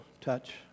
touch